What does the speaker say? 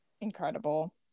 Incredible